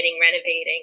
renovating